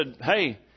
hey